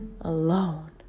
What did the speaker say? alone